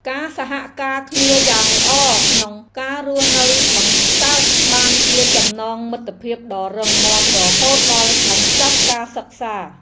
ការសហការគ្នាយ៉ាងល្អក្នុងការរស់នៅបង្កើតបានជាចំណងមិត្តភាពដ៏រឹងមាំរហូតដល់បញ្ចប់ការសិក្សា។